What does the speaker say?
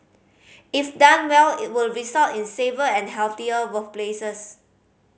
if done well it would result in safer and healthier workplaces